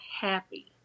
happy